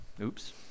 Oops